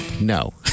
No